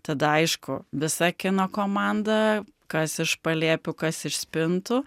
tada aišku visa kino komanda kas iš palėpių kas iš spintų